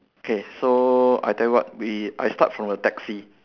okay so I tell you what we I start from the taxi